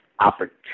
opportunity